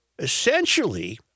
Essentially